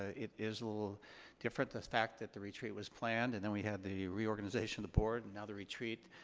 ah it is a little different, the fact that the retreat was planned and then we had the reorganization of the board and now the retreat,